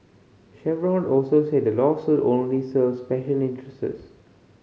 Chevron also said the lawsuit only serve special interests